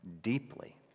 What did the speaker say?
deeply